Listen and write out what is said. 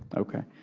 okay.